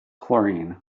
chlorine